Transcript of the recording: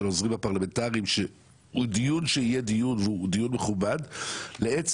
העוזרים הפרלמנטריים שהוא דיון שיהיה דיון והוא דיון מכובד מעצם